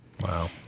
Wow